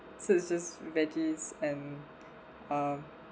so it just veggies and uh